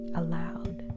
aloud